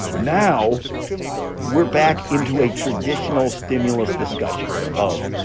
now we're back into a traditional stimulus discussion of,